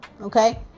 Okay